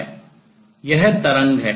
यह wave तरंग है